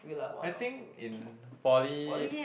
I think in poly